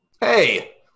Hey